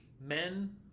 Men